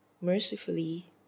Mercifully